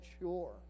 sure